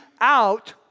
out